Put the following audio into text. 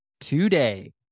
today